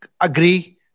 agree